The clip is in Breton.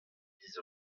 biz